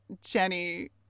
Jenny